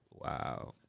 Wow